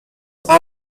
this